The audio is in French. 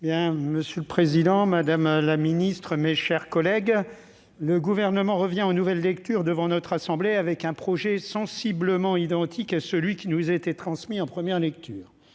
Monsieur le président, madame la ministre, mes chers collègues, le Gouvernement revient, en nouvelle lecture, devant la Haute Assemblée avec un projet sensiblement identique à celui qui nous a été transmis en première lecture.